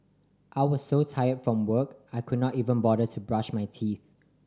I was so tired from work I could not even bother to brush my teeth